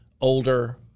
older